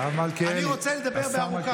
אני רוצה לדבר בארוכה.